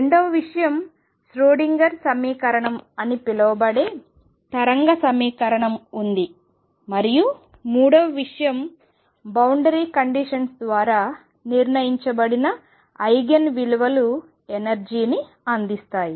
రెండవ విషయం ష్రోడింగర్ సమీకరణం అని పిలువబడే తరంగ సమీకరణం ఉంది మరియు మూడవ విషయం బౌండరీ కండిషన్స్ ద్వారా నిర్ణయించబడిన ఐగెన్ విలువలు ఎనర్జీ ని అందిస్తాయి